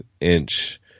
inch